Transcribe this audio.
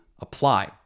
apply